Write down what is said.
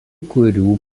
kurių